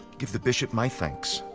give the bishop my thanks.